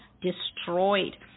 destroyed